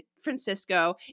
Francisco